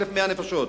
1,100 נפשות,